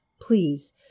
please